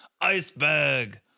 Iceberg